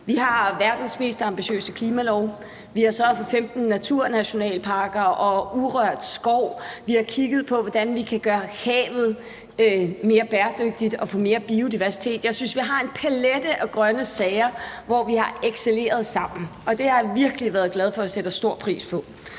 Vi har verdens mest ambitiøse klimalov, vi har sørget for 15 naturnationalparker og urørt skov, vi har kigget på, hvordan vi kan gøre havet mere bæredygtigt og få mere biodiversitet. Jeg synes, vi sammen har excelleret i en palet af grønne sager, og det har jeg virkelig været glad for og sætter stor pris på.